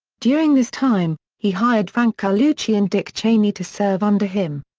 during this time, he hired frank carlucci and dick cheney to serve under him.